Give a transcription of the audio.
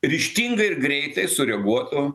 ryžtingai ir greitai sureaguotų